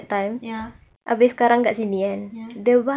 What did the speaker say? ya ya